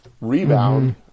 rebound